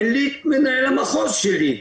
אין לי את מנהל המחוז שלי,